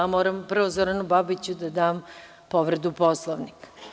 Moram prvo Zoranu Babiću da dam povredu Poslovnika.